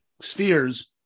spheres